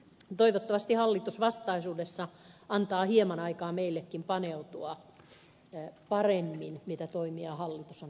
toivottavasti hallitus vastaisuudessa antaa hieman aikaa meillekin paneutua paremmin siihen mitä toimia hallitus on asiassa tehnyt